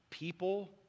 People